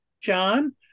john